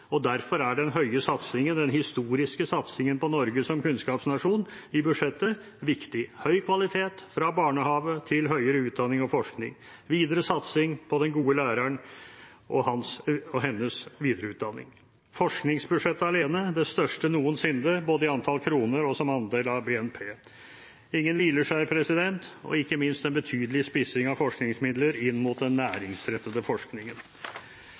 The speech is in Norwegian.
flinkere. Derfor er den høye satsingen – den historiske satsingen på Norge som kunnskapsnasjon – i budsjettet viktig: Høy kvalitet fra barnehage til høyere utdanning og forskning, videre satsing på den gode læreren og hans/hennes videreutdanning, forskningsbudsjettet – det største noensinne både i antall kroner og som andel av BNP, ingen hvileskjær, og ikke minst en betydelig spissing av forskningsmidler inn mot den næringsrettede forskningen.